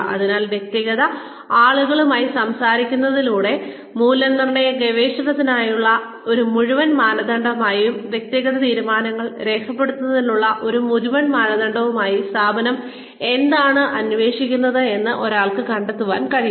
അതിനാൽ വ്യക്തിഗത ആളുകളുമായി സംസാരിക്കുന്നതിലൂടെ മൂല്യനിർണ്ണയ ഗവേഷണത്തിനായുള്ള ഒരു മുഴുവൻ മാനദണ്ഡമായും വ്യക്തിഗത തീരുമാനങ്ങൾ രേഖപ്പെടുത്തുന്നതിനുള്ള ഒരു മുഴുവൻ മാനദണ്ഡമായും സ്ഥാപനം എന്താണ് അന്വേഷിക്കുന്നതെന്ന് ഒരാൾക്ക് കണ്ടെത്താനാകും